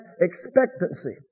expectancy